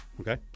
Okay